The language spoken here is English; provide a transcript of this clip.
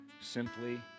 simply